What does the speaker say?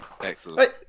Excellent